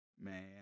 man